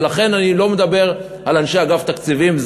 ולכן אני לא מדבר על אנשי אגף התקציבים.